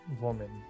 woman